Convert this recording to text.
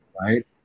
right